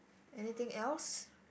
anything else